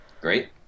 great